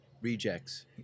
rejects